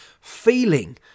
feeling